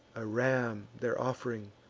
a ram their off'ring,